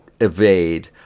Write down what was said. evade